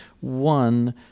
One